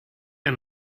and